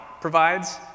provides